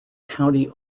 county